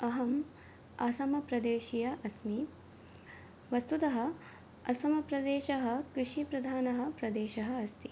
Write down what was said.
अहम् असमप्रदेशीया अस्मि वस्तुतः असमप्रदेशः कृषिप्रधानः प्रदेशः अस्ति